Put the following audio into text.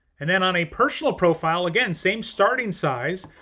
and then on a personal profile, again, same starting size,